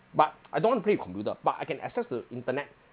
but I don't want to play with computer but I can access to internet